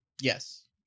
Yes